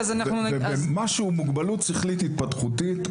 במה שהוא מוגבלות שכלית התפתחותית,